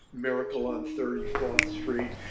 miracle on thirty fourth street.